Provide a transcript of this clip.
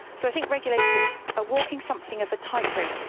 so i think regulators are walking something of a tightrope.